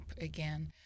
again